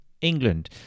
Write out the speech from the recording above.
England